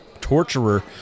torturer